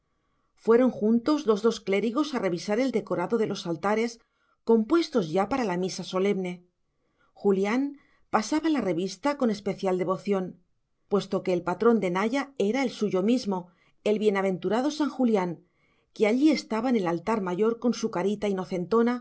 fueron juntos los dos clérigos a revisar el decorado de los altares compuestos ya para la misa solemne julián pasaba la revista con especial devoción puesto que el patrón de naya era el suyo mismo el bienaventurado san julián que allí estaba en el altar mayor con su carita inocentona